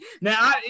Now